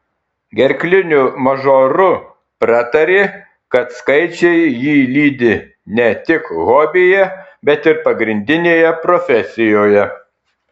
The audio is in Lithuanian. gerkliniu mažoru pratarė kad skaičiai jį lydi ne tik hobyje bet ir pagrindinėje profesijoje